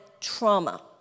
trauma